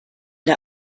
der